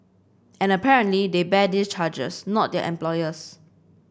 and apparently they bear these charges not their employers